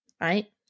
right